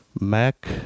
Mac